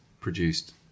produced